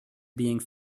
being